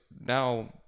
now